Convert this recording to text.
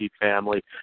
family